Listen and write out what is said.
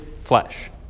flesh